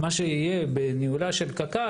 מה שיהיה בניהולה של קק"ל,